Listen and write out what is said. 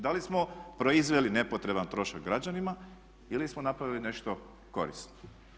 Da li smo proizveli nepotreban trošak građanima ili smo napravili nešto korisno?